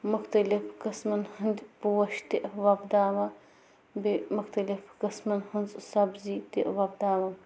مختلف قٕسمن ہٕنٛدۍ پوش تہِ وۄبداوان بیٚیہِ مختلف قٕسمن ہٕنٛز سبزی تہِ وۄبداون